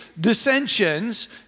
dissensions